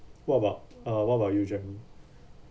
what about uh what about you jenny